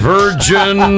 Virgin